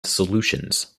solutions